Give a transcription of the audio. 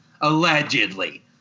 Allegedly